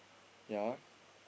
ya